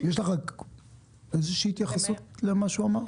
יש לך איזושהי התייחסות למה שהוא אמר?